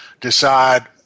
decide